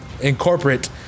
incorporate